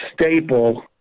staple